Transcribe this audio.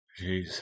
Jeez